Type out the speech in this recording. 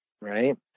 Right